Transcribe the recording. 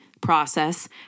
process